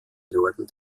norden